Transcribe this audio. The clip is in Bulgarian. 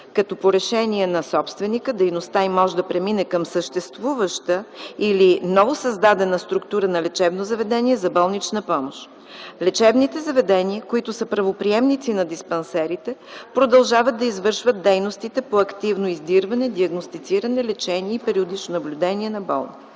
като по решение на собственика дейността им може да премине към съществуваща или новосъздадена структура на лечебно заведение за болнична помощ. Лечебните заведения, които са правоприемници на диспансерите, продължават да извършват дейностите по активно издирване, диагностициране, лечение и периодично наблюдение на болни.